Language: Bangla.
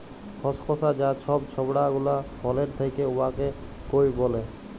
খসখসা যা ছব ছবড়া গুলা ফলের থ্যাকে উয়াকে কইর ব্যলে